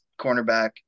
cornerback